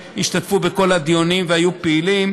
שהשתתפו בכל הדיונים והיו פעילים,